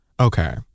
Okay